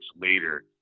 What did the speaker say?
later